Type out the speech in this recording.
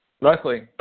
luckily